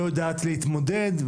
לא יודעת להתמודד,